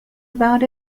about